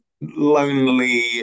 lonely